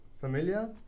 Familiar